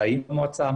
מה זה יתקע?